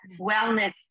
wellness